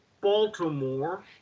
Baltimore